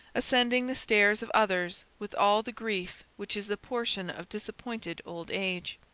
ascending the stairs of others with all the grief which is the portion of disappointed old age.